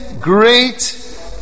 great